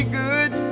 good